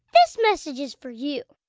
this message is for you